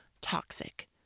toxic